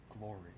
glory